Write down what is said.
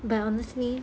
but honestly